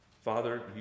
Father